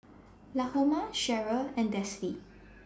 Lahoma Sherryl and Dessie